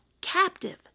captive